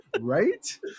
Right